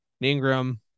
Ingram